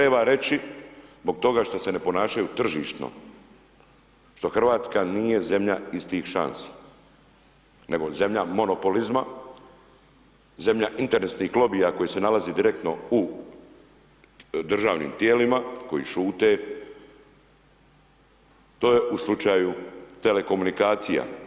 Ovo treba reći zbog toga što se ne ponašaju tržišno, što Hrvatska nije zemlja istih šansi, nego zemlja monopolizma, zemlja interesnih lobija koji se nalaze direktno u državnim tijelima koje šute, to je u slučaju telekomunikacija.